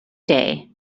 day